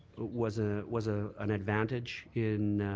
was ah was ah an advantage in